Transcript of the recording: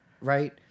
right